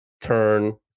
turn